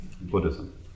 Buddhism